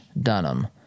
Dunham